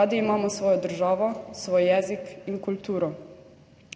Radi imamo svojo državo, svoj jezik in kulturo.